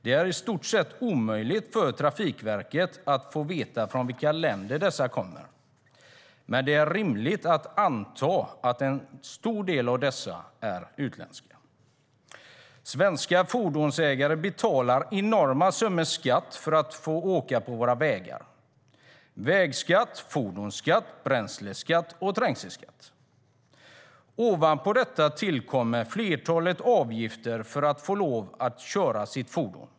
Det är i stort sett omöjligt för Trafikverket att veta från vilka länder dessa fordon kommer, men det är rimligt att anta att en stor andel av dem är utländska. Svenska fordonsägare betalar enorma summor skatt för att få åka på våra vägar - vägskatt, fordonsskatt, bränsleskatt och trängselskatt. Ovanpå detta tillkommer ett flertal avgifter för att få lov att köra sitt fordon.